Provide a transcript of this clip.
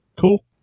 Cool